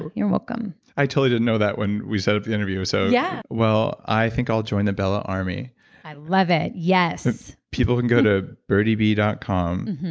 you're welcome i totally didn't know that when we set up the interview, so yeah well, i think i'll join the bella army i love it. yes people can go to birdiebee dot com,